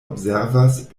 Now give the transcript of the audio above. observas